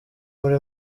muri